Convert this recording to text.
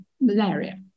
malaria